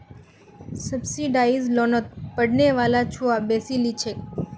subsidised लोनोत पढ़ने वाला छुआ बेसी लिछेक